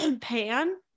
pan